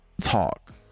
talk